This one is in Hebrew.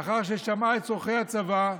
לאחר ששמעה את צורכי הצבא,